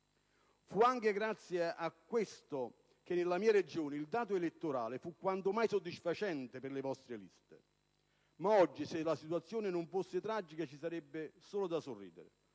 Fu anche grazie a questo che nella mia Regione il dato elettorale fu quanto mai soddisfacente per le vostre liste ma oggi, se la situazione non fosse tragica, ci sarebbe solo da sorridere.